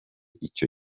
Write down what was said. icyo